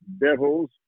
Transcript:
Devils